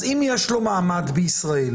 אז אם יש לו מעמד בישראל,